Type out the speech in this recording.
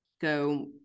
go